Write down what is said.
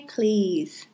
Please